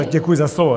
Děkuji za slovo.